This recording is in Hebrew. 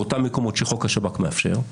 באותם מקומות שחוק השב"כ מאפשר.